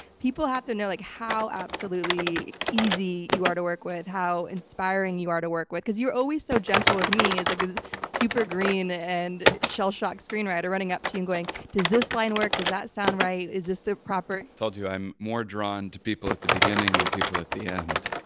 people have to know like how absolutely easy you are to work with, how inspiring you are to work with, because you were always so gentle with me as like a super green and shellshocked screenwriter running up to you and going, does this line work? does that sound right? is this the proper. i told you, i'm more drawn to people at the beginning and people at the end,